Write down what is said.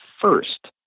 first